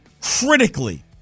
critically